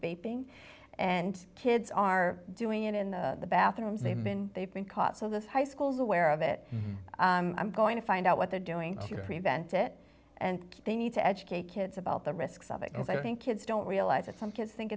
a ping and kids are doing it in the bathroom they've been they've been caught so this high school is aware of it i'm going to find out what they're doing prevent it and they need to educate kids about the risks of it and i think kids don't realize that some kids think